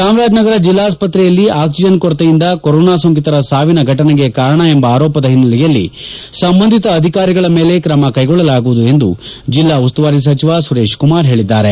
ಚಾಮರಾಜನಗರ ಜಿಲ್ಲಾಸ್ತ್ರೆಯಲ್ಲಿ ಆಕ್ಸಿಜನ್ ಕೊರತೆಯೇ ಕೊರೊನಾ ಸೋಂಕಿತರ ಸಾವಿನ ಫಟನೆಗೆ ಕಾರಣ ಎಂಬ ಆರೋಪದ ಹಿನ್ನೆಲೆಯಲ್ಲಿ ಸಂಬಂಧಿತ ಅಧಿಕಾರಿಗಳ ಮೇಲೆ ಕ್ರಮ ಕೈಗೊಳ್ಳಲಾಗುವುದು ಎಂದು ಜಿಲ್ಲಾ ಉಸ್ತುವಾರಿ ಸಚಿವ ಸುರೇಶ್ಕುಮಾರ್ ಹೇಳಿದ್ದಾರೆ